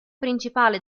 principale